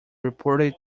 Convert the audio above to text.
reported